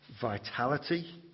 vitality